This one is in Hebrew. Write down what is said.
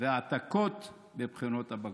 והעתקות בבחינות הבגרות.